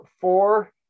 four